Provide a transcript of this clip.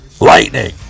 Lightning